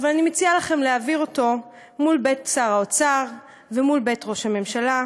אבל אני מציעה לכם להעביר אותו מול בית שר האוצר ומול בית ראש הממשלה.